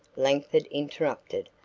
langford interrupted.